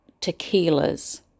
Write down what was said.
tequilas